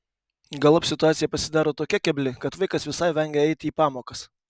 galop situacija pasidaro tokia kebli kad vaikas visai vengia eiti į pamokas